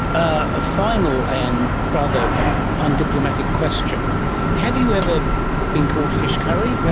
a final and rather undiplomatic question have you ever been called fish curry? yeah